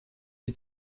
die